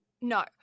No